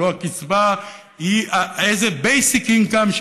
הרי הקצבה היא Basic Income,